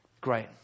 Great